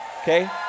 Okay